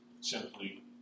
simply